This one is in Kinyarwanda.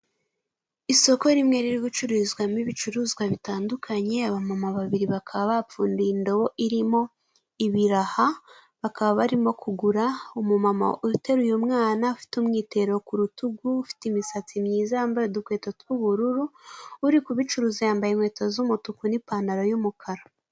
Isoko rimwe riri gucuruzwamo ibicuruzwa bitandukanye abamoma babiri bakaba bapfundiye indobo irimo ibiraha bakaba barimo kugura umu mama uteru uyu mwana afite umwitero ku rutugu ufite imisatsi myiza yambaye udukweto tw'ubururu uri kubicuruza yambaye inkweto z'umutuku n'ipantaro y'umukara.